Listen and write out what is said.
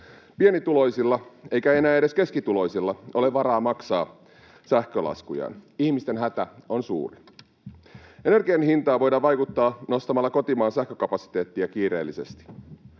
Pienituloisilla ei — eikä enää edes keskituloisilla — ole varaa maksaa sähkölaskujaan. Ihmisten hätä on suuri. Energian hintaan voidaan vaikuttaa nostamalla kotimaan sähkökapasiteettia kiireellisesti.